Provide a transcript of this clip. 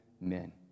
men